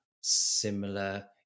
similar